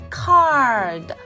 card